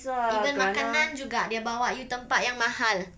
even makanan juga dia bawa you tempat yang mahal